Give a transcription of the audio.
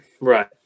Right